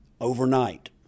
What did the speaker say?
overnight